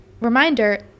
Reminder